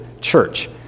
church